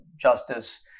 justice